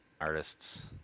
artists